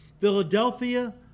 Philadelphia